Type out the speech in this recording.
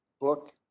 book